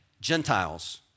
Gentiles